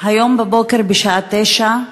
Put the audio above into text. היום בבוקר, בשעה 09:00,